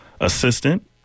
assistant